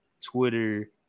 Twitter